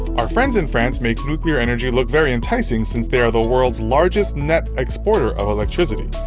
our friends in france make nuclear energy look very enticing since they are the world's largest net exporter of electricity.